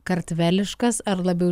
kartveliškas ar labiau